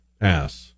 ass